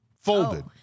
folded